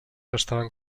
estaven